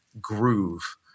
groove